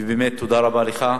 ובאמת תודה רבה לך.